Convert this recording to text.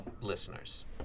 listeners